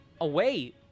Away